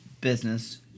business